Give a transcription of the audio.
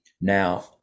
now